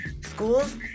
schools